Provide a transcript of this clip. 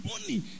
money